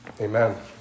Amen